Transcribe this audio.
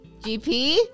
GP